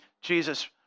Jesus